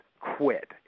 quit